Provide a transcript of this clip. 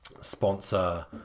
sponsor